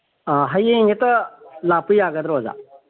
ꯑꯥ ꯍꯌꯦꯡ ꯍꯦꯛꯇ ꯂꯥꯛꯄ ꯌꯥꯒꯗ꯭ꯔꯣ ꯑꯣꯖꯥ